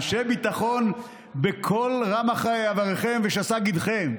אנשי ביטחון בכל רמ"ח איבריכם ושס"ה גידיכם,